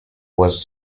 was